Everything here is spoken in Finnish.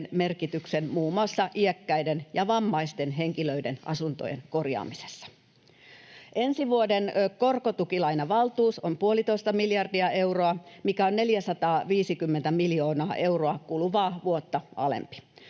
merkityksen muun muassa iäkkäiden ja vammaisten henkilöiden asuntojen korjaamisessa. Ensi vuoden korkotukilainavaltuus on puolitoista miljardia euroa, mikä on 450 miljoonaa euroa kuluvaa vuotta alempi.